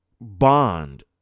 bond